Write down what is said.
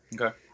Okay